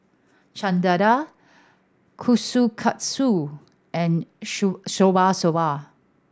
Chana Dal Kushikatsu and Shabu Shabu